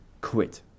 quit